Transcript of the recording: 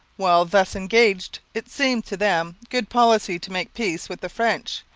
while thus engaged it seemed to them good policy to make peace with the french,